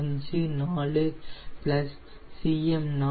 0154 Cm0t Cm0t 0